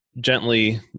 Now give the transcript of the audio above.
gently